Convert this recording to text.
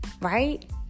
right